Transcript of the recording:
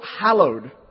hallowed